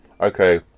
okay